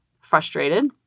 frustrated